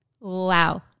Wow